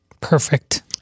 Perfect